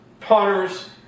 punters